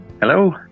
Hello